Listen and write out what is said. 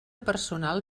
personal